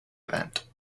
event